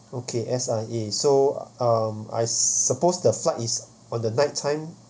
okay S_I_A so um I suppose the flight is on the night time